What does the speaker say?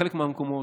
בחלק מהמקומות,